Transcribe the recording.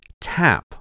tap